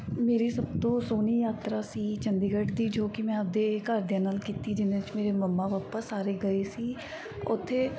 ਮੇਰੀ ਸਭ ਤੋਂ ਸੋਹਣੀ ਯਾਤਰਾ ਸੀ ਚੰਡੀਗੜ੍ਹ ਦੀ ਜੋ ਕਿ ਮੈਂ ਆਪਣੇ ਘਰਦਿਆਂ ਨਾਲ ਕੀਤੀ ਜਿਵੇਂ ਮੇਰੇ ਮੱਮਾ ਪਾਪਾ ਸਾਰੇ ਗਏ ਸੀ ਉੱਥੇ